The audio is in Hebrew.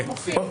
זה מופיע.